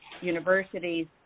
universities